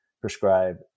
prescribe